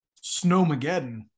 snowmageddon